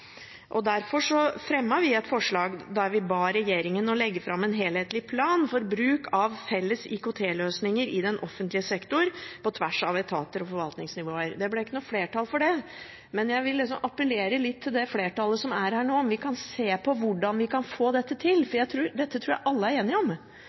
det. Derfor fremmet vi et forslag der vi ba regjeringen legge fram en helhetlig plan for bruk av felles IKT-løsninger i offentlig sektor på tvers av etater og forvaltningsnivåer. Det ble ikke flertall for det, men jeg vil appellere til det flertallet som er her nå, om å se på hvordan vi kan få dette til,